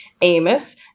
Amos